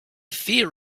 fear